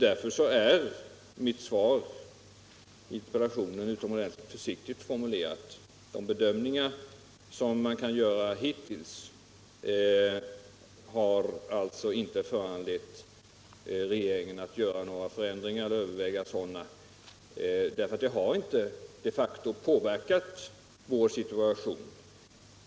Därför är mitt svar på interpellationen utomordentligt försiktigt formulerat. De bedömningar vi har kunnat göra hittills har alltså inte föranlett regeringen att överväga några förändringar i fråga om vårt engagemang i IEA, för det har inte de facto påverkat vår situation.